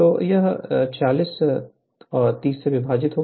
तो यह 46 30 से विभाजित है